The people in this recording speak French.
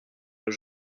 nos